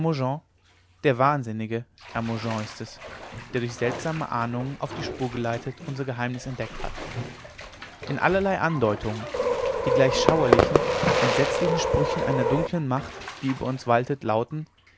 der wahnsinnige hermogen ist es der durch seltsame ahnungen auf die spur geleitet unser geheimnis entdeckt hat in allerlei andeutungen die gleich schauerlichen entsetzlichen sprüchen einer dunklen macht die über uns waltet lauten